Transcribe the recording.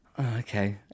okay